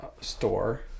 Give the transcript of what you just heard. store